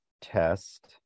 test